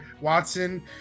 watson